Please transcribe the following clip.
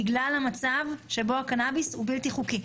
בגלל המצב שבו הקנאביס הוא בלתי חוקי.